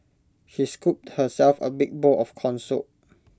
she scooped herself A big bowl of Corn Soup